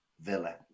Villa